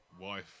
wife